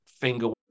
finger